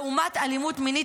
לעומת אלימות מינית,